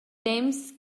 temps